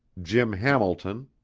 jim hamilton,